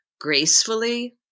gracefully